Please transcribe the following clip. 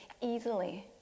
easily